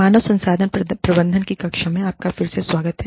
मानव संसाधन प्रबंधन की कक्षा में आपका फिर से स्वागत है